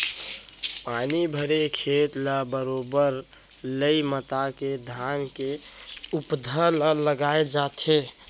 पानी भरे खेत ल बरोबर लई मता के धान के पउधा ल लगाय जाथे